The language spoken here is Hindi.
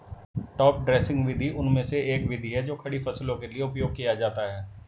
टॉप ड्रेसिंग विधि उनमें से एक विधि है जो खड़ी फसलों के लिए उपयोग किया जाता है